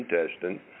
intestine